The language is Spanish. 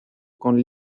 con